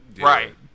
Right